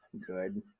Good